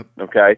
Okay